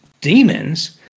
demons